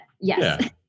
yes